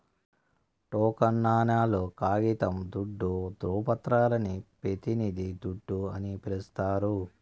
token నాణేలు, కాగితం దుడ్డు, దృవపత్రాలని పెతినిది దుడ్డు అని పిలిస్తారు